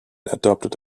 adopted